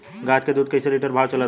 गाय के दूध कइसे लिटर भाव चलत बा?